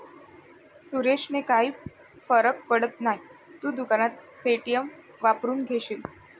सुरेशने काही फरक पडत नाही, तू दुकानात पे.टी.एम वापरून घेशील